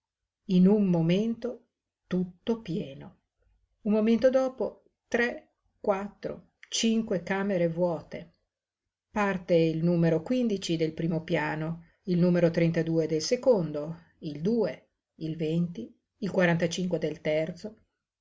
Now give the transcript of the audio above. in un momento tutto pieno un momento dopo tre quattro cinque camere vuote parte il numero del primo piano il numero del secondo il due il enti il quarantacinque del terzo